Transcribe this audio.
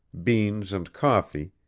beans and coffee,